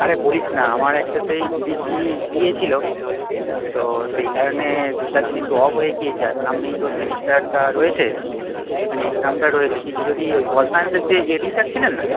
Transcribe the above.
আরে বলিস না আমার একটা সেই দিদির বিয়ে বিয়ে ছিলো তো সেই কারণে দু চার দিন একটু অফ হয়ে গিয়েছে আর সামনেই তো সেমিস্টারটা রয়েছে সেখানে এক্সামটা রয়েছে কিছু যদি ওই পল সায়েন্সের যে এ ডি স্যার ছিলেন না